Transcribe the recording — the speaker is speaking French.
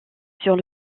sur